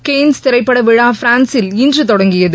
Cannes திரைப்பட விழா பிரான்சில் இன்று தொடங்கியது